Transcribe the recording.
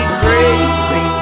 crazy